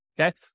Okay